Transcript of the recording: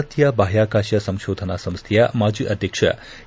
ಭಾರತೀಯ ಬಾಹ್ಯಕಾಶ ಸಂಶೋಧನಾ ಸಂಸ್ಥೆಯ ಮಾಜಿ ಅಧ್ಯಕ್ಷ ಎ